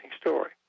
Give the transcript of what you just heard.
story